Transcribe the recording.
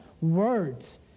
words